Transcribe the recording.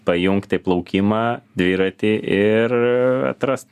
pajungti plaukimą dviratį ir atrast